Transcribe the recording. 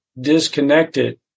disconnected